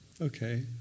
Okay